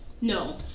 No